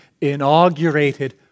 inaugurated